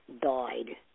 died